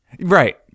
Right